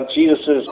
Jesus